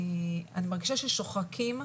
אני מרגישה ששוחקים,